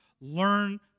learn